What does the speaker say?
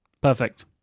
Perfect